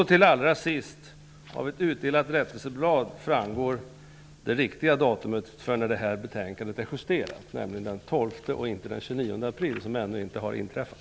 Till sist: Av ett utdelat rättelseblad framgår det riktiga datumet för justeringen av betänkandet, nämligen den 12 april och inte den 29 april, som ännu inte har inträffat.